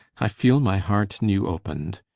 i feele my heart new open'd.